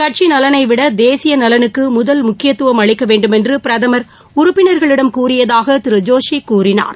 கட்சி நலனைவிட தேசிய நலனுக்கு முதல் முக்கியத்துவம் அளிக்க வேண்டுமென்று பிரதம் உறுப்பினர்களிடம் கூறியதாக திரு ஜோஷி கூறினார்